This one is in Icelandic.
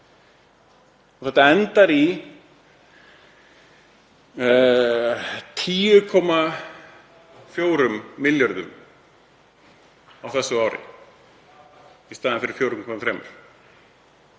þetta endar í 10,4 milljörðum á þessu ári í staðinn fyrir 4,3